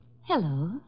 Hello